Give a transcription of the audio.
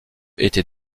était